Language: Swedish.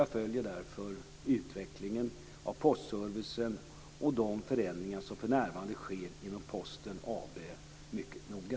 Jag följer därför utvecklingen av postservicen och de förändringar som för närvarande sker inom Posten AB mycket noga.